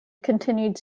continued